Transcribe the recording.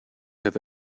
have